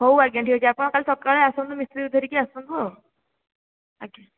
ହେଉ ଆଜ୍ଞା ଠିକ ଅଛି ଆପଣ କାଲି ସକାଳ ଆସନ୍ତୁ ମିସ୍ତ୍ରୀକୁ ଧରିକି ଆସନ୍ତୁ ଆଉ ଆଜ୍ଞା